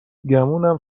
گمونم